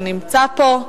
שנמצא פה.